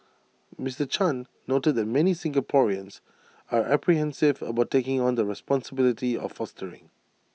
Mister chan noted that many Singaporeans are apprehensive about taking on the responsibility of fostering